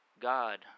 God